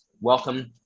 welcome